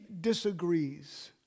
disagrees